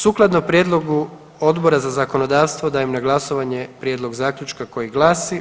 Sukladno prijedlogu Odbora za zakonodavstvo daje na glasovanje prijedlog zaključka koji glasi.